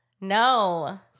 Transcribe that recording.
No